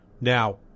Now